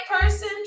person